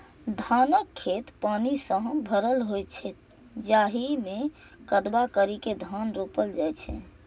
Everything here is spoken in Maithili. धानक खेत पानि सं भरल होइ छै, जाहि मे कदबा करि के धान रोपल जाइ छै